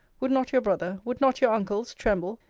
would not your brother, would not your uncles, tremble,